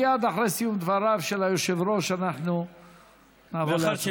מייד אחרי סיום דבריו של היושב-ראש אנחנו נעבור להצבעה.